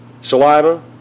saliva